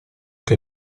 che